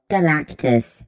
Galactus